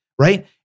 right